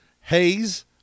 Hayes